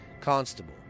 Constable